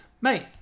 Mate